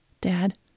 Dad